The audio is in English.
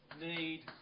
need